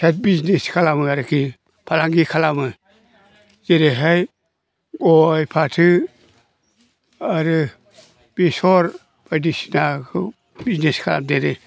side business खालामो आरोखि फालांगि खालामो जेरैहाय गय फाथै आरो बेसर बायदिसिनाखौ बिजनेस खालाम देरो